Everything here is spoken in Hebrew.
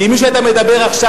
כי עם מי שאתה מדבר עכשיו,